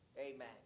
Amen